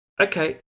Okay